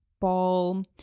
ball